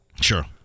Sure